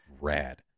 rad